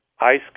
ice